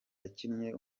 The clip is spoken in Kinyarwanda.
yakinnye